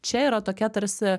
čia yra tokia tarsi